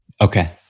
Okay